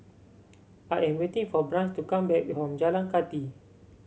I am waiting for Branch to come back from Jalan Kathi